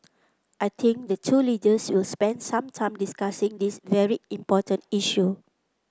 I think the two leaders will spend some time discussing this very important issue